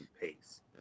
pace